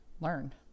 learned